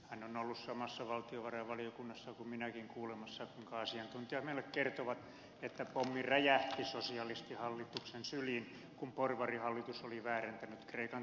hän on ollut samassa valtiovarainvaliokunnassa kuin minäkin kuulemassa kuinka asiantuntijat meille kertovat että pommi räjähti sosialistihallituksen syliin kun porvarihallitus oli väärentänyt kreikan talousluvut